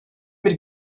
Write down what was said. bir